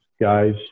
guys